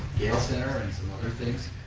gale center and some other things,